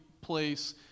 place